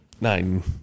nine